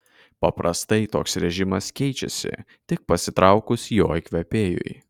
paprastai toks režimas keičiasi tik pasitraukus jo įkvėpėjui